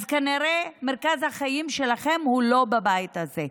ואז כנראה מרכז החיים שלכם הוא לא בבית הזה.